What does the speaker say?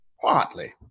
partly